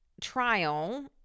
trial